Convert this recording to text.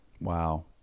Wow